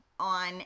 On